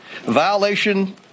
violation